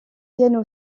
piano